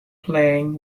playing